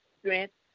strength